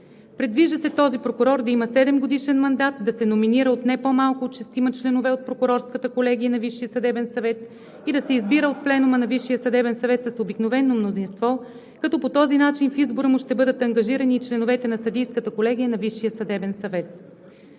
Предвижда се този прокурор да има 7-годишен мандат, да се номинира от не по-малко от шестима членове от Прокурорската колегия на Висшия съдебен съвет и да се избира от Пленума на Висшия съдебен съвет с обикновено мнозинство, като по този начин в избора му ще бъдат ангажирани и членовете на съдийската колегия на